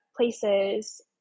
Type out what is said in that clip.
places –